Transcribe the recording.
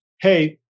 hey